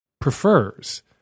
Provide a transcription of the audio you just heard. prefers